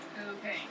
Okay